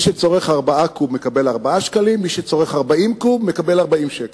מי שצורך 4 קוב מקבל 4 שקלים ומי שצורך 40 קוב מקבל 40 שקל.